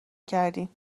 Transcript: کردیم